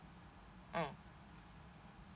mm